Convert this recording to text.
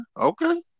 Okay